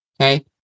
Okay